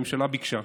הממשלה ביקשה.